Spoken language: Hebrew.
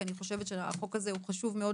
כי אני חושבת שהחוק הזה הוא חשוב מאוד